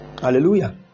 hallelujah